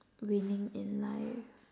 winning in life